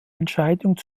entscheidung